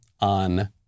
on